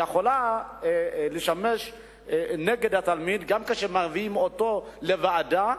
יכולה לשמש נגד התלמיד גם כשמביאים אותו לוועדה.